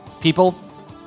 people